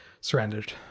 surrendered